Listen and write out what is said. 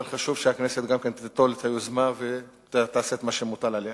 אבל חשוב שהכנסת תיטול את היוזמה ותעשה את מה שמוטל עליה.